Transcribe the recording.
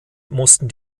mussten